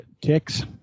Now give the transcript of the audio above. ticks